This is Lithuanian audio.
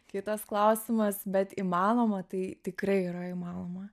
kitas klausimas bet įmanoma tai tikrai yra įmanoma